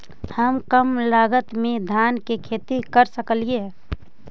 हम कम लागत में धान के खेती कर सकहिय?